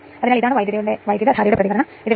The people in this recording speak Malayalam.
അതിനാൽ Re1 R 1 K 2 R 2